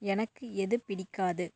எனக்கு எது பிடிக்காது